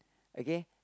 okay